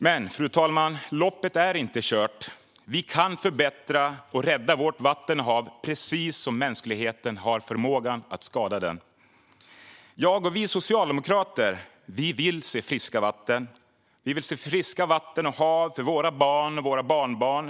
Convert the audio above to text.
Fru talman! Loppet är dock inte kört. Vi kan förbättra och rädda vårt vatten och våra hav, precis som mänskligheten har förmågan att skada den. Jag och vi socialdemokrater vill se friska vatten och friska hav för våra barn och barnbarn.